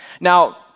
Now